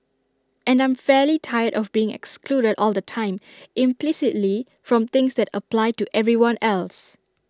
and I'm fairly tired of being excluded all the time implicitly from things that apply to everyone else